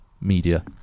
media